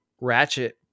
Ratchet